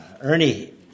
Ernie